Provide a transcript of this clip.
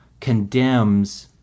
condemns